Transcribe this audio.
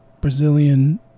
Brazilian